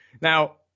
Now